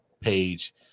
page